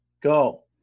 Go